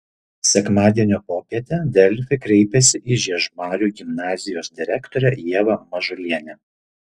sekmadienio popietę delfi kreipėsi į žiežmarių gimnazijos direktorę ievą mažulienę